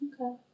Okay